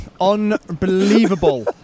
Unbelievable